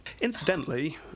Incidentally